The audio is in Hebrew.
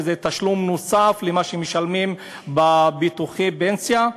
וזה תשלום נוסף על מה שמשלמים בביטוחי הפנסיה.